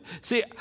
See